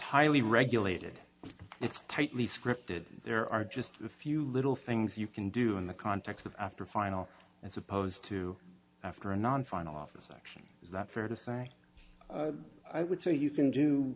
highly regulated it's tightly scripted there are just a few little things you can do in the context of after final as opposed to after a non final office auction is that fair to say i would say you can do